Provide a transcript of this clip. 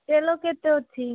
ତେଲ କେତେ ଅଛି